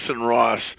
Ross